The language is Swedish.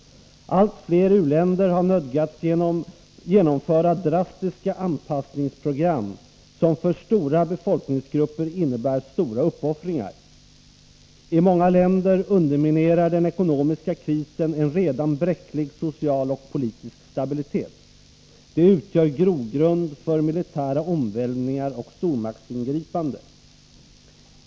Allt fler u-länder har nödgats genomföra drastiska anpassningsprogram som för stora befokningsgrupper innebär stora uppoffringar. I många länder underminerar den ekonomiska krisen en redan bräcklig social och politisk stabilitet. Det utgör grogrund för militära omvälvningar och stormaktsingripande.